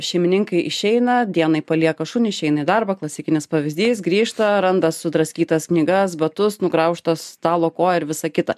šeimininkai išeina dienai palieka šunį išeina į darbą klasikinis pavyzdys grįžta randa sudraskytas knygas batus nugraužtą stalo koją ir visa kita